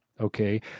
okay